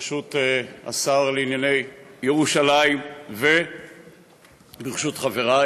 ברשות השר לענייני ירושלים וברשות חברי